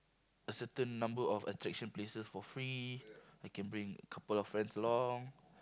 a certain number of attraction places for free I can bring a couple of friends along